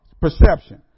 Perception